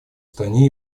стране